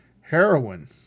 heroin